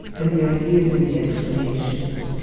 and the ideas are the explanations.